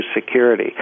security